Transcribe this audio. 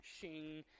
shing